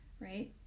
right